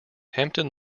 hampden